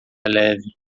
leve